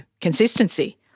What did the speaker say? consistency